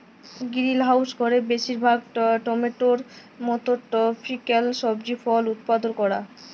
greenhouse ঘরে বেশিরভাগ টমেটোর মত টরপিক্যাল সবজি ফল উৎপাদল ক্যরা